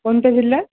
कोणत्या जिल्हा